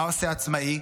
מה עושה עצמאי?